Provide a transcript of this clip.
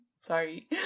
sorry